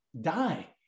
die